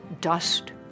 dust